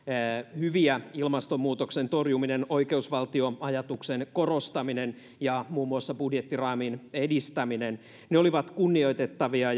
hyviä ilmastonmuutoksen torjuminen oikeusval tioajatuksen korostaminen ja muun muassa budjettiraamin edistäminen olivat kunnioitettavia